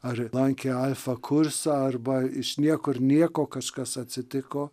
ar lankė alfa kursą arba iš niekur nieko kažkas atsitiko